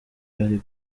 ari